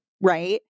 right